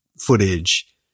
footage